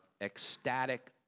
ecstatic